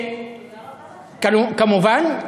כמובן,